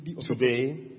Today